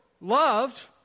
loved